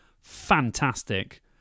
fantastic